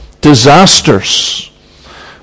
Disasters